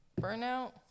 burnout